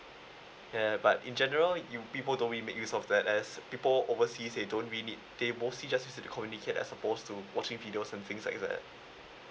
yeah but in general you people don't really make use of that as people overseas they don't really need they mostly just use it to communicate as opposed to watching videos and things like that